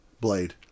blade